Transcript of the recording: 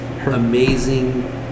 amazing